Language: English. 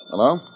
Hello